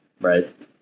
right